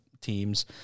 teams